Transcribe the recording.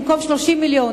במקום 30 מיליון,